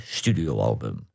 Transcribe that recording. studioalbum